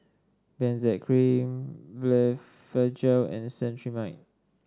Benzac Cream Blephagel and Cetrimide